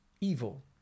evil